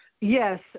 Yes